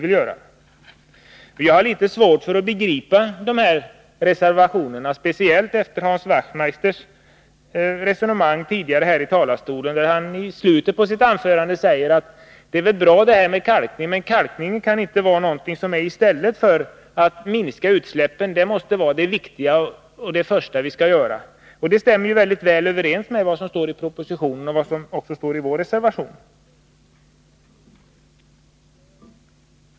Jag har litet svårt att 123 begripa de reservationer som moderaterna har avgett, speciellt efter Hans Wachtmeisters resonemang tidigare här i talarstolen. I slutet av sitt anförande säger han att detta med kalkning är bra men att kalkning inte kan vara någonting som genomförs i stället för en minskning av utsläppen — en sådan minskning är det viktiga och det som först måste göras. Detta överensstämmer mycket väl med vad som står i propositionen och med vad som står i vår reservation.